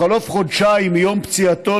בחלוף חודשיים מיום פציעתו,